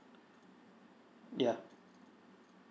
yeah